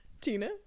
Tina